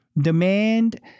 demand